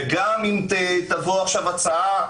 וגם אם תבוא עכשיו הצעה,